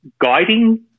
guiding